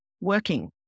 working